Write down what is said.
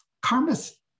karma's